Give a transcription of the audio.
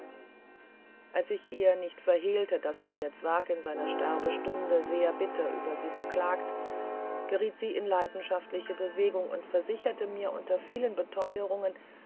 als ich ihr nicht verhehlte daß sich der zwerg in seiner sterbestunde sehr bitter über sie beklagt geriet sie in die leidenschaftlichste bewegung und versicherte mir unter vielen beteurungen